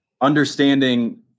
understanding